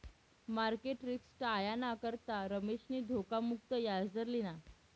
market risk टायाना करता रमेशनी धोखा मुक्त याजदर लिना